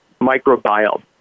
microbiome